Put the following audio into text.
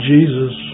Jesus